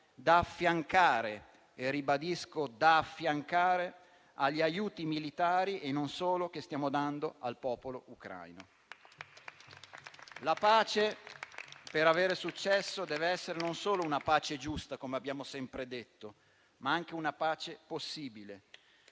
da affiancare - e ribadisco da affiancare - agli aiuti militari (e non solo) che stiamo dando al popolo ucraino. La pace per avere successo deve essere non solo giusta - come abbiamo sempre detto - ma anche possibile